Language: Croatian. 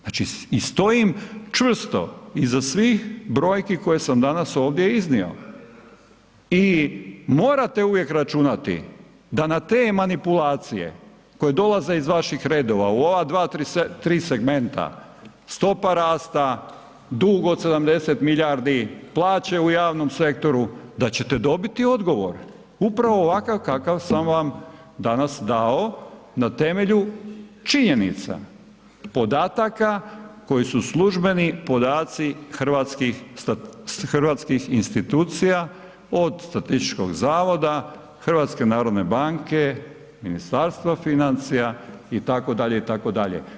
Znači i stojim čvrsto iza svih brojki koje sam danas ovdje iznio i morate uvijek računati da na te manipulacije koje dolaze iz vaših redova u ova dva, tri segmenta, stopa rasta, dug od 70 milijardi, plaće u javnom sektoru, da ćete dobiti odgovor, upravo ovakav kakav sam vam danas dao na temelju činjenicu, podataka koji su službeni podaci hrvatskih institucija od statističkog zavoda, HNB-a, Ministarstva financija itd., itd.